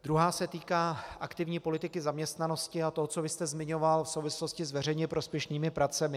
Druhá se týká aktivní politiky zaměstnanosti a toho, co vy jste zmiňoval v souvislosti s veřejně prospěšnými pracemi.